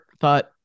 thought